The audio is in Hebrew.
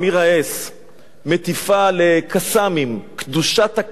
מטיפה ל"קסאמים": "קדושת הקסאם המזדקר".